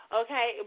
okay